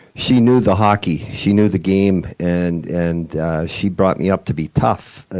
she knew the hockey. she knew the game and and she brought me up to be tough,